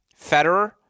Federer